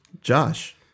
Josh